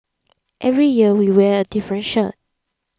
every year we wear different shirt